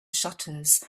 shutters